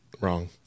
Wrong